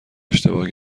اشتباه